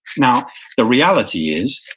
now the reality is,